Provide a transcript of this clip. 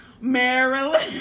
Marilyn